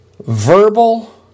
verbal